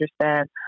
understand